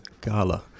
Gala